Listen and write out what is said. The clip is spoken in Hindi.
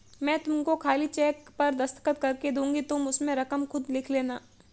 मैं तुमको खाली चेक पर दस्तखत करके दूँगी तुम उसमें रकम खुद लिख लेना